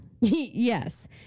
Yes